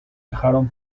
dejaron